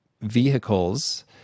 vehicles